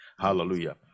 Hallelujah